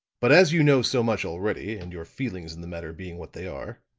but as you know so much already, and your feelings in the matter being what they are,